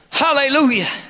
Hallelujah